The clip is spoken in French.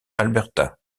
alberta